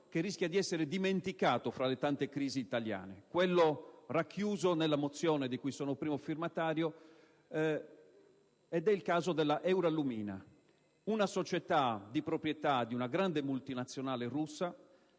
che rischia di essere dimenticato tra le tante crisi italiane, quello racchiuso in una mozione di cui sono primo firmatario. Si tratta del caso della Eurallumina Srl, una società di proprietà di una grande multinazionale russa,